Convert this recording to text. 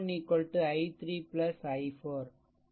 i1 i3 i4